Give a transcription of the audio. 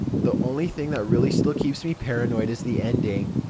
the only thing that really still keeps me paranoid is the ending.